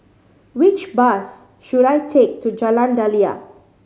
which bus should I take to Jalan Daliah